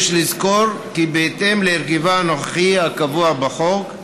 יש לראות כי בהתאם להרכבה הנוכחי הקבוע בחוק,